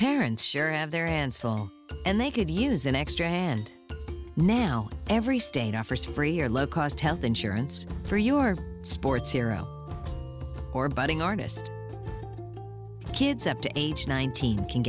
full and they could use an extra hand now every state offers free or low cost health insurance for your sports hero or budding artist kids up to age nineteen can